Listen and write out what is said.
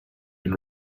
been